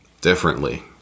differently